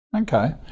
Okay